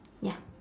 ya